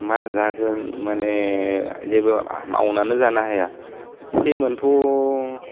मा जागोन माने जेबो मावनानै जानो हाया सिमोनथ'